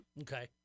Okay